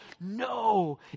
No